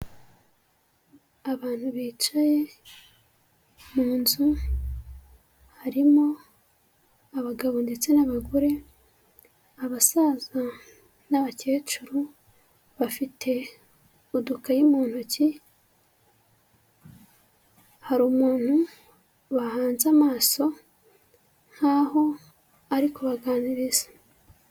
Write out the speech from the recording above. Abantu bicaye mu nzu, harimo abagabo ndetse n'abagore, abasaza n'abakecuru, bafite udukayi mu ntoki, hari umuntu bahanze amaso nk'aho ari kubaganiriza.